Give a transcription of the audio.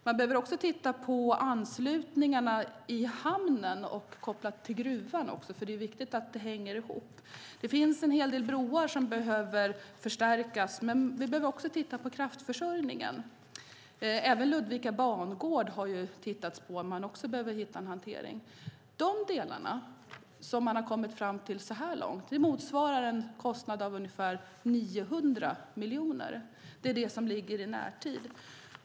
Man behöver också titta på anslutningarna i hamnen, även kopplat till gruvan eftersom det är viktigt att det hänger ihop. Det finns en hel del broar som behöver förstärkas. Men vi behöver också titta på kraftförsörjningen. Man har tittat på Ludvika bangård, och man behöver hitta en hantering. De delar som man så här långt kommit fram till motsvarar en kostnad av ungefär 900 miljoner; det är det som ligger i närtid.